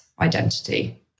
identity